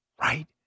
right